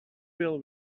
will